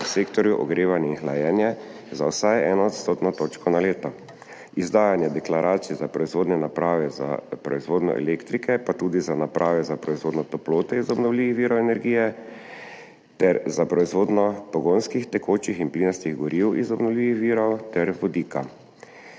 v sektorju ogrevanje in hlajenje za vsaj 1 % točko na leto, izdajanje deklaracij za proizvodne naprave za proizvodnjo elektrike pa tudi za naprave za proizvodnjo toplote iz obnovljivih virov energije ter za proizvodnjo pogonskih tekočih in plinastih goriv iz obnovljivih virov ter vodika.